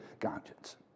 conscience